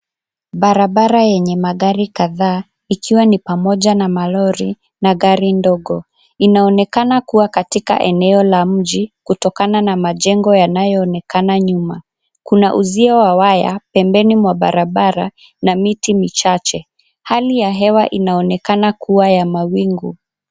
Barabara yenye magari kadhaa ikiwa ni pamoja na malori na gari ndogo. Inaonekana kuwa katika eneo la mji kutokana na majengo yanayoonekana nyuma. Kuna uuzio wa waya pembeni mwa barabara na miti michache. Hali ya hewa inaonekana kuwa ya mawingu.